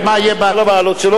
ובעזרת השם,